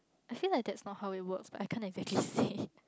I feel like that's not how it works but I can't exactly say